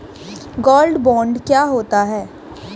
Gold bond क्या होता है?